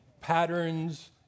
patterns